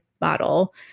model